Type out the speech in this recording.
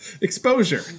Exposure